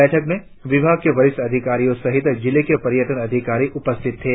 बैठक में विभाग के वरिष्ठ अधिकारी सहित जिलों के पर्यटन अधिकारी उपस्थित थे